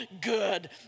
good